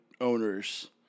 owners